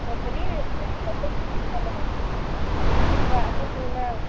ꯍꯣ ꯀꯔꯤ ꯀꯔꯤ ꯑꯃꯠꯇ ꯅꯠꯇꯦ ꯀꯣꯏꯅꯤꯡꯕ ꯑꯗꯨꯒꯤ ꯅꯪ